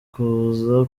kuza